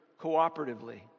cooperatively